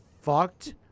fucked